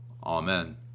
Amen